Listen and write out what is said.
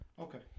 Okay